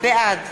בעד